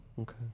okay